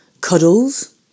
cuddles